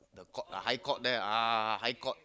the court uh High Court there ah High Court